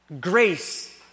grace